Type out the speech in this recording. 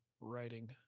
writing